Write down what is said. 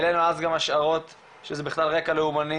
העלינו אז גם השערות שזה בכלל על רקע לאומני,